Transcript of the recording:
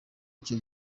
icyo